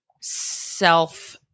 self